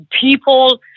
people